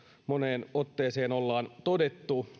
moneen otteeseen ollaan todettu